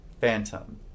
phantom